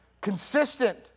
Consistent